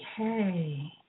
Okay